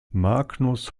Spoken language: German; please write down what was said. magnus